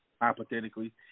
hypothetically